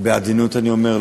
בעדינות אני אומר,